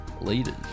leaders